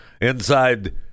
inside